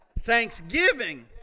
Thanksgiving